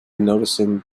noticing